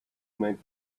made